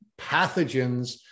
pathogens